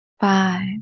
five